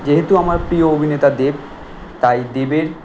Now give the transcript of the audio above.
যেহেতু আমার প্রিয় অভিনেতা দেব তাই দেবের